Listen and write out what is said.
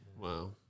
Wow